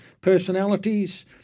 personalities